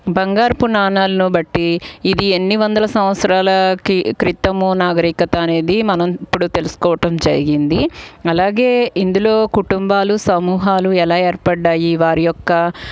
బంగారపు నాణేలను బట్టి ఇవి ఎన్ని వందల సంవత్సరాల కి క్రితము నాగరికత అనేది మనం ఇప్పుడు తెలుసుకోవటం జరిగింది అలాగే ఇందులో కుటుంబాలు సమూహాలు ఎలా ఏర్పడినాయి వారి యొక్క